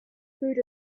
food